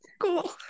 Cool